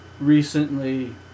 recently